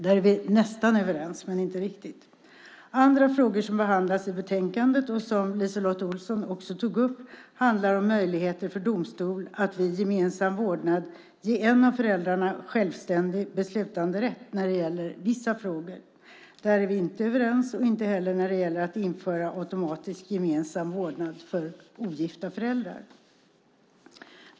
Där är vi nästan överens men inte riktigt. Andra frågor som behandlas i betänkandet, och som LiseLotte Olsson också tog upp, handlar om möjligheter för domstol att vid gemensam vårdnad ge en av föräldrarna självständig beslutanderätt när det gäller vissa frågor. Där är vi inte överens och inte heller när det gäller att införa automatisk gemensam vårdnad för ogifta föräldrar.